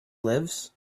lives